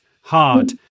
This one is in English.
hard